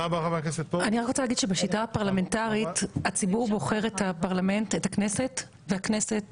בשיטה הפרלמנטרית הציבור בוחר את הכנסת, והכנסת